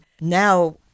now